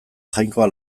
jainkoa